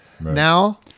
Now